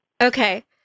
Okay